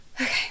Okay